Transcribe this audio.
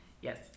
Yes